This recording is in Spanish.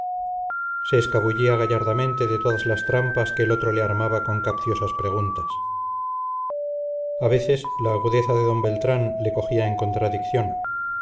se escabullía gallardamente de todas las trampas que el otro le armaba con capciosas preguntas a veces la agudeza de d beltrán le cogía en contradicción